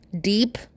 deep